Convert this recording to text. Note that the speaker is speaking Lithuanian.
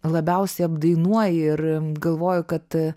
labiausiai apdainuoji ir galvoju kad